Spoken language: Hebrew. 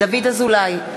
דוד אזולאי,